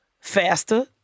faster